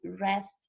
rest